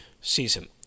season